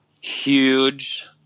huge